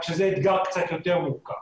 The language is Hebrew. רק שזה אתגר קצת יותר מורכב.